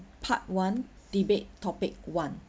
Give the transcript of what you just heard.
part one debate topic one